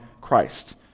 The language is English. Christ